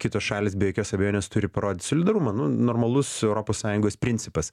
kitos šalys be jokios abejonės turi parodyt solidarumą nu normalus europos sąjungos principas